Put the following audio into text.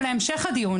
את תלמידינו.